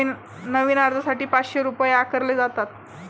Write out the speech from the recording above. नवीन अर्जासाठी पाचशे रुपये आकारले जातात